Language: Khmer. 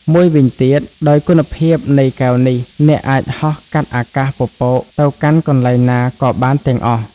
មួយវិញទៀតដោយគុណភាពនៃកែវនេះ អ្នកអាចហោះកាត់អាកាសពពកទៅកាន់កន្លែងណាក៏បានទាំងអស់។